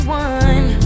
one